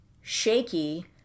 shaky